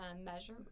measure